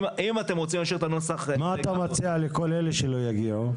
אם אתם רוצים להשאיר את הנוסח --- מה אתה מציע לכל אלה שלא יבואו?